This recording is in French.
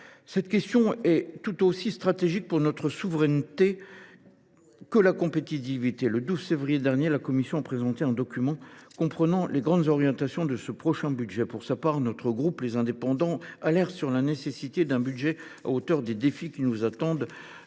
Cette question est tout aussi stratégique pour notre souveraineté que la compétitivité. Le 12 février dernier, la Commission a présenté un document exposant les grandes orientations de ce prochain budget. Pour sa part, le groupe Les Indépendants alerte sur la nécessité d’un budget qui soit à la hauteur des défis qu’il nous faudra